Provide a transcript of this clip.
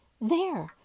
There